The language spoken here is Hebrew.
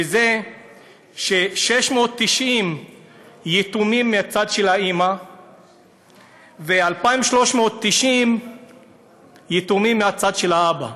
וזה 690 יתומים מצד האימא ו-2,390 יתומים מצד האבא.